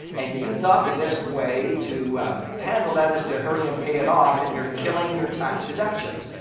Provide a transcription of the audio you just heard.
and you thought the best way to handle that is to hurry and pay it off and you're killing your tax deductions.